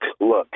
look